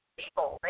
people